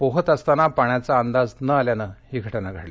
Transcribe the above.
पोहत असताना पाण्याचा अद्वीज न आल्याना ही घटना घडली